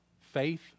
Faith